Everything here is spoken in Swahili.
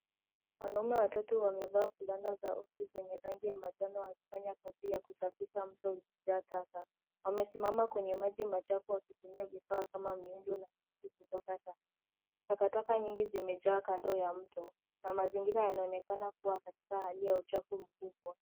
Wanaume watatu wamvaa fulana za rangi ya manjano wakifanya kazi ya kusafisha mto wa taka, wame simama kwenye maji machafu wakitumia vifaa kama miendo za kutupia taka. Takataka nyingi zimejaa kando ya mto na mazingira inaonekana kuwa katika hali ya uchafu mkubwa.